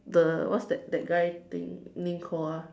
the what's that the guy thing name called ah